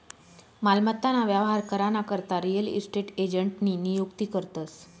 मालमत्ता ना व्यवहार करा ना करता रियल इस्टेट एजंटनी नियुक्ती करतस